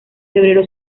febrero